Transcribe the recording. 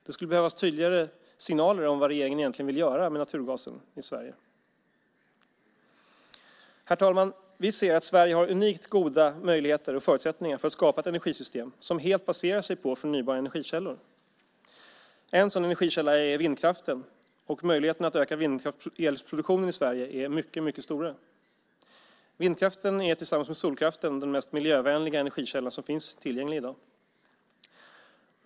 Det skulle behövas tydligare signaler om vad regeringen egentligen vill göra med naturgasen i Sverige. Herr talman! Vi anser att Sverige har unikt goda möjligheter och förutsättningar för att skapa ett energisystem som helt baserar sig på förnybara energikällor. En sådan energikälla är vindkraften, och möjligheterna att öka produktionen av vindkraftsel i Sverige är mycket stora. Vindkraften är tillsammans med solkraften den mest miljövänliga energikälla som finns tillgänglig i dag.